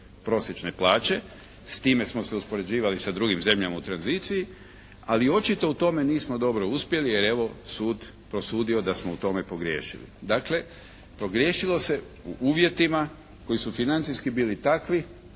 prosječne plaće, s time smo se uspoređivali sa drugim zemljama u tranziciji, ali očito u tome nismo dobro uspjeli jer evo sud prosudio da smo u tome pogriješili. Dakle pogriješilo se u uvjetima koji su financijski bili takvi